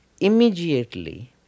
immediately